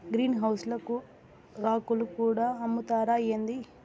green house ల కూరాకులు కూడా అమ్ముతారా ఏంది